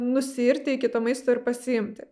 nusiirti iki to maisto ir pasiimti